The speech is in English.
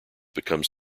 becomes